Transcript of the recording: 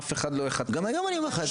אף אחד לא יחטט --- גם היום אני אומר לך את זה.